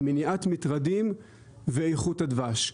מניעת מטרדים ואיכות הדבש.